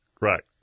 Right